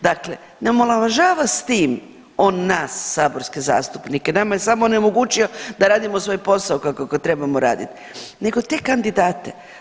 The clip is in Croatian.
Dakle, ne omalovažava s tim on nas saborske zastupnike, nama je samo onemogućio da radimo svoj posao kako ga trebamo raditi, nego te kandidate.